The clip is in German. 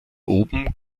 oben